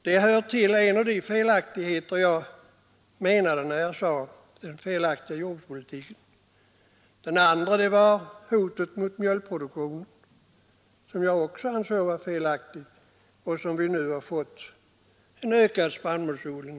Detta var ett av de missgrepp jag åsyftade när jag talade om den felaktiga jordbrukspolitiken. Det andra var hotet mot mjölkproduktionen, som jag också ansåg vara felaktigt och som nu i stället har lett till en ökning av spannmålsodlingen.